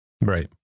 Right